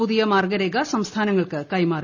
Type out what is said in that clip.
പുതിയ മാർഗ്ഗരേഖ സംസ്ഥാനങ്ങൾക്ക് കൈമാറി